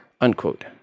unquote